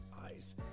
eyes